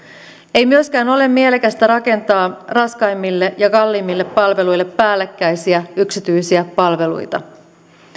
ei myöskään ole mielekästä rakentaa raskaimmille ja kalleimmille palveluille päällekkäisiä yksityisiä palveluita